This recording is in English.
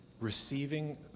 receiving